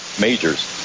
majors